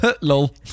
Lol